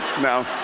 No